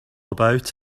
about